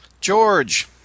George